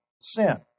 sin